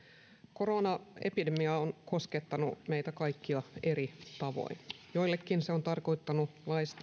koronaepidemia on koskettanut meitä kaikkia eri tavoin joillekin se on tarkoittanut